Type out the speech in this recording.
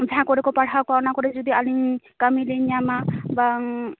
ᱡᱟᱦᱟ ᱠᱚᱨᱮᱠᱚ ᱯᱟᱲᱦᱟᱣ ᱠᱚᱣᱟ ᱚᱱᱟᱠᱚᱨᱮ ᱡᱚᱫᱤ ᱟᱹᱞᱤᱧ ᱠᱟᱹᱢᱤᱞᱤᱧ ᱧᱟᱢᱟ ᱵᱟᱝ